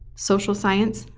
social science,